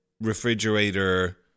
refrigerator